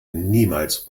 niemals